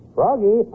Froggy